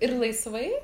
ir laisvai